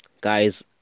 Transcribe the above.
guys